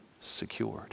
secured